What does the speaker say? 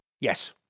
Yes